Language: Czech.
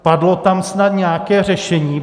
Padlo tam snad nějaké řešení?